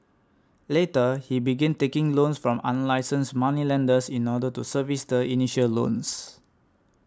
later he began taking loans from unlicensed moneylenders in order to service the initial loans